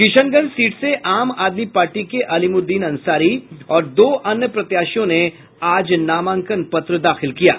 Kishanganj seat से आम आदमी पार्टी के अलीमुद्दीन अंसारी और दो अन्य प्रत्याशियों ने नामांकन पत्र दाखिल किये